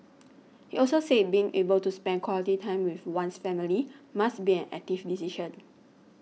he also said being able to spend quality time with one's family must be an active decision